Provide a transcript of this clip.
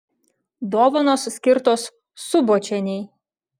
dovanos skirtos subočienei